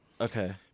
Okay